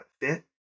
fit